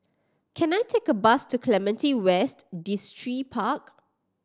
can I take a bus to Clementi West Distripark